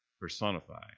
personify